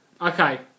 okay